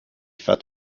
felt